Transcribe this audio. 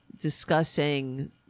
discussing